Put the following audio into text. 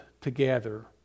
together